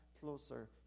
closer